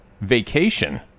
Vacation